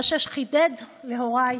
מה שחידד להוריי,